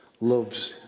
loves